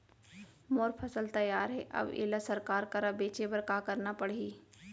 मोर फसल तैयार हे अब येला सरकार करा बेचे बर का करना पड़ही?